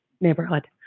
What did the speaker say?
neighborhood